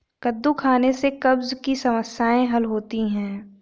कद्दू खाने से कब्ज़ की समस्याए हल होती है